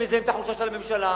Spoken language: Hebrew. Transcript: הם מזהים את החולשה של הממשלה,